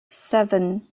seven